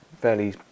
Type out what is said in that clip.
fairly